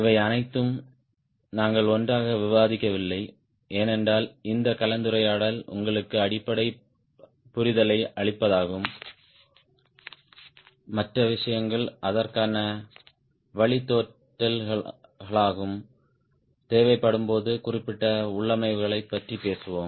இவை அனைத்தையும் நாங்கள் ஒன்றாக விவாதிக்கவில்லை ஏனென்றால் இந்த கலந்துரையாடல் உங்களுக்கு அடிப்படை புரிதலை அளிப்பதாகும் மற்ற விஷயங்கள் அதற்கான வழித்தோன்றல்களாகும் தேவைப்படும்போது குறிப்பிட்ட உள்ளமைவுகளைப் பற்றி பேசுவோம்